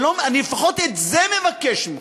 לפחות את זה אני מבקש ממך,